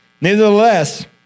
Nevertheless